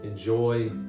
Enjoy